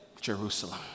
Jerusalem